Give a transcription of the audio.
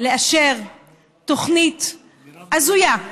לאשר תוכנית הזויה,